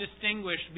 distinguished